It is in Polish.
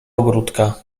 ogródka